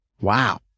Wow